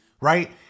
right